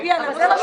--- ששש, די.